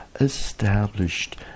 established